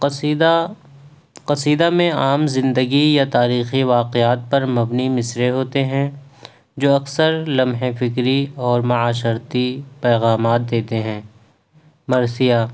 قصیدہ قصیدہ میں عام زندگی یا تاریخی واقعات پر مبنی مصرعے ہوتے ہیں جو اكثر لمحۂ فکری اور معاشرتی پیغامات دیتے ہیں مرثیہ